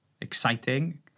exciting